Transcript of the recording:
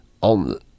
on